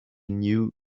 knew